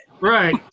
Right